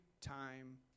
time